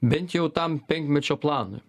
bent jau tam penkmečio planui